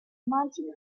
monte